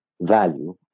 value